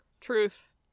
truth